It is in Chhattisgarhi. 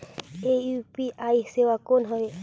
ये यू.पी.आई सेवा कौन हवे?